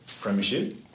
Premiership